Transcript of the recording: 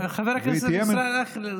חבר הכנסת ישראל אייכלר,